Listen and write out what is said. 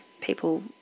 people